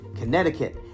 Connecticut